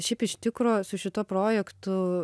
šiaip iš tikro su šituo projektu